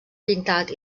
pintat